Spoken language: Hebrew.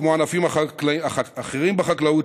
כמו ענפים אחרים בחקלאות,